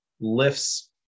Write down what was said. lifts